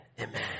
Amen